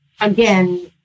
again